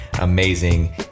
amazing